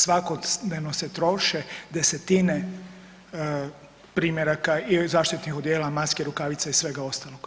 Svakodnevno se troše desetine primjeraka zaštitnih odjela, maski, rukavica i svega ostaloga.